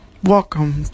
Welcome